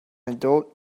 adult